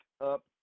up